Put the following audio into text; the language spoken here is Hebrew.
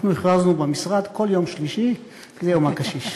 אנחנו הכרזנו במשרד כל יום שלישי זה יום הקשיש.